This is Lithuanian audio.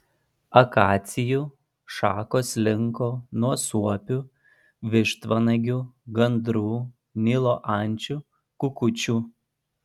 akacijų šakos linko nuo suopių vištvanagių gandrų nilo ančių kukučių